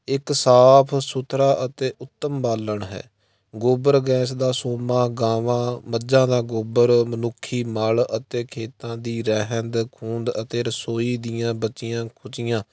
ਇੱਕ ਸਾਫ ਸੁਥਰਾ ਅਤੇ ਉੱਤਮ ਬਾਲਣ ਹੈ ਗੋਬਰ ਗੈਸ ਦਾ ਸੋਮਾ ਗਾਵਾਂ ਮੱਝਾਂ ਦਾ ਗੋਬਰ ਮਨੁੱਖੀ ਮਲ ਅਤੇ ਖੇਤਾਂ ਦੀ ਰਹਿੰਦ ਖੂੰਹਦ ਅਤੇ ਰਸੋਈ ਦੀਆਂ ਬੱਚੀਆਂ ਖੁਚੀਆਂ